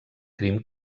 crim